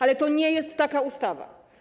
Ale to nie jest taka ustawa.